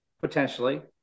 potentially